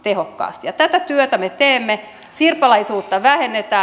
tätä työtä me teemme sirpaleisuutta vähennetään